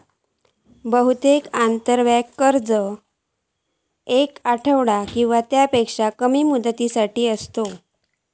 बहुतेक आंतरबँक कर्ज येक आठवडो किंवा त्यापेक्षा कमी मुदतीसाठी असतत